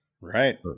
right